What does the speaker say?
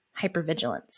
hypervigilance